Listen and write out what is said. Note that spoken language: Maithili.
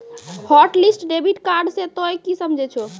हॉटलिस्ट डेबिट कार्ड से तोंय की समझे छौं